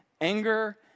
anger